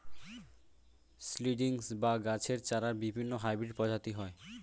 seedlings বা গাছের চারার বিভিন্ন হাইব্রিড প্রজাতি হয়